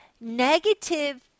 negative